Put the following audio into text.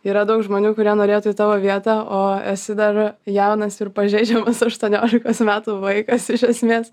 yra daug žmonių kurie norėtų į tavo vietą o esi dar jaunas ir pažeidžiamas aštuoniolikos metų vaikas iš esmės